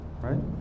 right